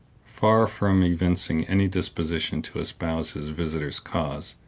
far from evincing any disposition to espouse his visitor's cause,